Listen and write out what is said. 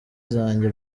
zanjye